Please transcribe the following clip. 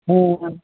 ᱦᱮᱸ